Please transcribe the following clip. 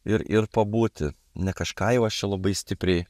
ir ir pabūti ne kažką jau aš čia labai stipriai